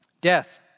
Death